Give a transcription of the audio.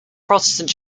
protestant